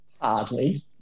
Hardly